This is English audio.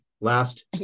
Last